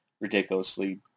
ridiculously